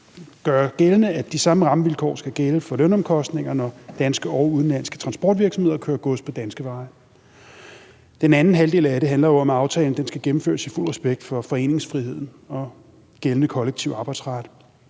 gøre gældende, at de samme rammevilkår skal gælde for lønomkostninger, når danske og udenlandske transportvirksomheder kører gods på danske veje. Den anden halvdel af det handler jo om, at aftalen skal gennemføres i fuld respekt for foreningsfriheden og gældende kollektiv arbejdsret.